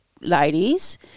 ladies